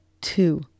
two